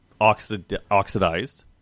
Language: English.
oxidized